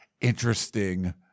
interesting